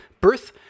Birth